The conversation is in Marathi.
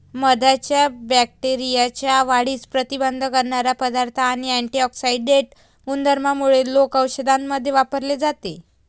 मधाच्या बॅक्टेरियाच्या वाढीस प्रतिबंध करणारा पदार्थ आणि अँटिऑक्सिडेंट गुणधर्मांमुळे लोक औषधांमध्ये वापरले जाते